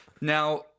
Now